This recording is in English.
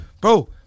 Bro